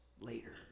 later